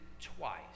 twice